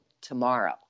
tomorrow